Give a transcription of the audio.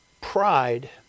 Pride